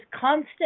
constant